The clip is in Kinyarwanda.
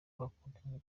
bakundanye